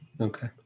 okay